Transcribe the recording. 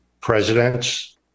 presidents